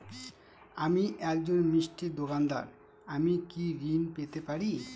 আমি একজন মিষ্টির দোকাদার আমি কি ঋণ পেতে পারি?